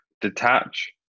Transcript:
detach